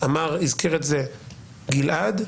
הזכיר את זה גלעד,